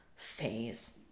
phase